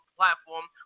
platform